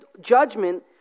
judgment